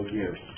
years